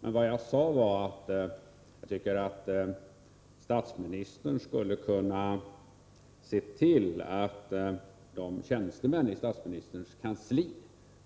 Vad jag sedan sade var att jag tycker att statsministern skulle kunna se till att de tjänstemän i statsministerns kansli,